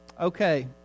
okay